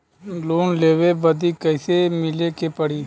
Loan लेवे बदी कैसे मिले के पड़ी?